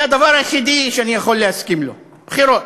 זה הדבר היחידי שאני יכול להסכים לו: בחירות.